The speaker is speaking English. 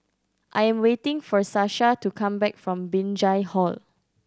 I am waiting for Sasha to come back from Binjai Hill